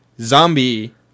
zombie